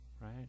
right